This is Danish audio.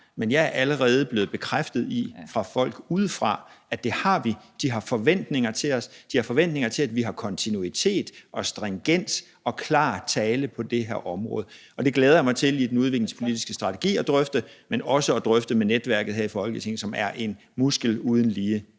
Men jeg er allerede blevet bekræftet i det fra folk udefra, altså at det har vi. De har forventninger til os. De har forventninger til, at vi har kontinuitet og stringens og klar tale på det her område. Det glæder jeg mig til at drøfte i den udviklingspolitiske strategi, men også til at drøfte det med netværket her i Folketinget, som er en muskel uden lige,